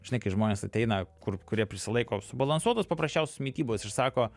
žinai kai žmonės ateina kur kurie prisilaiko subalansuotos paprasčiausios mitybos ir sako